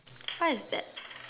what is that